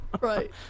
Right